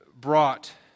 brought